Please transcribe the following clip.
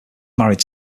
married